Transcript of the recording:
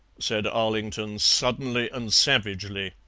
said arlington, suddenly and savagely.